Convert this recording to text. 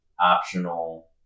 optional